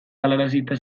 galarazita